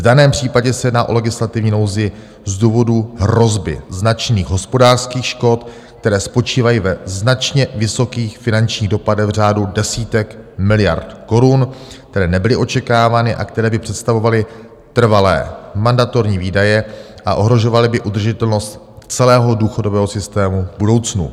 V daném případě se jedná o legislativní nouzi z důvodu hrozby značných hospodářských škod, které spočívají ve značně vysokých finančních dopadech v řádu desítek miliard korun, které nebyly očekávány a které by představovaly trvalé mandatorní výdaje a ohrožovaly by udržitelnost celého důchodového systému v budoucnu.